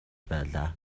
байлаа